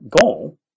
goal